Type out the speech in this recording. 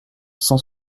cent